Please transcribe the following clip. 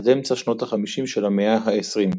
עד אמצע שנות ה-50 של המאה ה-20,